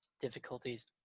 difficulties